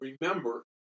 remember